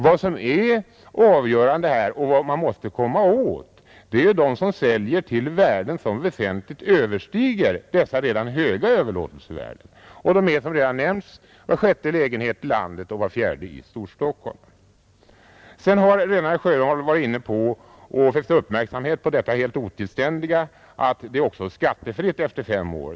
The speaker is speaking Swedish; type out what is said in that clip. Vad som är avgörande här och vad man måste komma åt är ju de som säljer till värden som väsentligt överstiger dessa redan höga överlåtelsevärden, och det är, som redan nämnts, var sjätte lägenhet i landet och var fjärde i Storstockholm. Herr Sjöholm har redan fäst uppmärksamheten på det rent otillständiga förhållandet att detta också är skattefritt efter fem år.